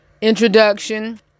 introduction